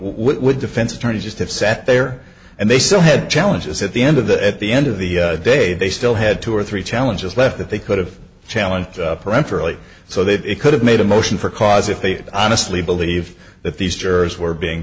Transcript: what defense attorneys just have sat there and they still had challenges at the end of that at the end of the day they still had two or three challenges left that they could have challenge peremptorily so that it could have made a motion for cause if they honestly believe that these jurors were being